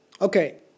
Okay